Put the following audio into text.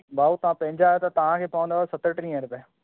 भाउ तव्हां पंहिंजा आहियो त तव्हांखे पवंदुव सतटीह रुपए